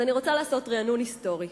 אז אני רוצה לעשות רענון היסטורי: